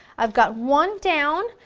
i've got one down,